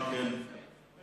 חמש